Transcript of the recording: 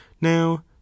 now